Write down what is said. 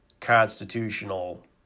constitutional